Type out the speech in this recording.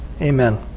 Amen